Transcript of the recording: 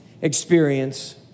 experience